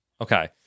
Okay